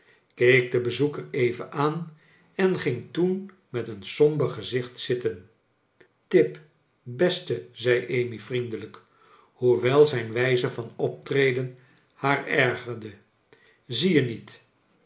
keek den bezoeker even aan en ging toen met een somber gezicht zitten tip beste zei amy vriendelijk hoewel zijn wijze van optreden haar ergerde zie je niet